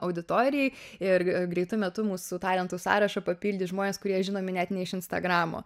auditorijai ir greitu metu mūsų talentų sąrašą papildys žmonės kurie žinomi net ne iš instagramo